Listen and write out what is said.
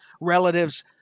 relatives